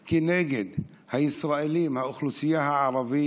כנגד הישראלים מהאוכלוסייה הערבית,